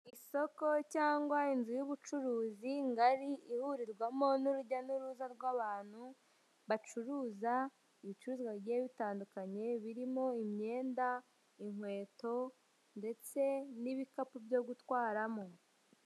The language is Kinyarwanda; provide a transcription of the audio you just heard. Isoko cyangwa inzu y'ubucuruzi ngari ihurirwamo n'urujya n'uruza rw'abantu, bacuruza ibicuruzwa bigiye bitandukanye birimo imyenda, inkweto ndetse n'ibikapu byo gutwaramo.